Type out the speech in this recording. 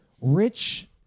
Rich